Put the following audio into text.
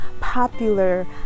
popular